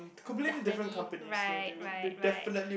definitely right right right